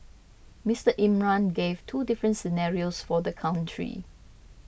Mister Imran gave two different scenarios for the country